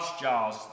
jars